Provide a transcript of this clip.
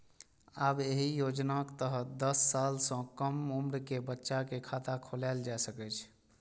आब एहि योजनाक तहत दस साल सं कम उम्र के बच्चा के खाता खोलाएल जा सकै छै